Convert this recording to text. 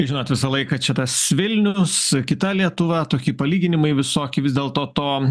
žinot visą laiką čia tas vilnius kita lietuva tokie palyginimai visokie vis dėlto to